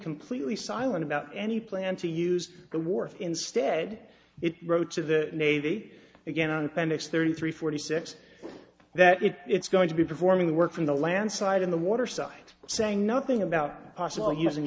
completely silent about any plan to use the war instead it wrote to the navy again on appendix thirty three forty six that it it's going to be performing work from the land side in the water side saying nothing about possible using